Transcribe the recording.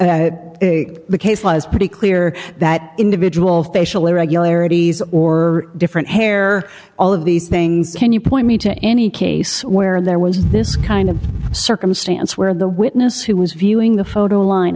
and the case was pretty clear that individual facial irregularities or different hair all of these things can you point me to any case where there was this kind of circumstance where the witness who was viewing the photo line